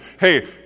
hey